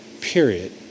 period